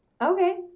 Okay